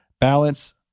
balance